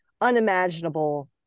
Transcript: unimaginable